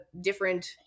different